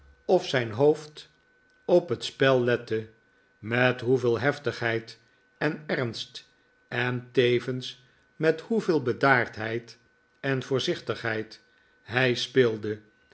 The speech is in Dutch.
of zijn hoofd op het spel lette met hoeveel heftigheid en ernst en tevens met hoeveel bedaardheid en voorzichtigheid hij speelde